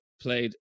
played